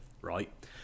right